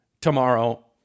tomorrow